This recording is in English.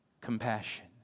compassion